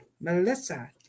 Melissa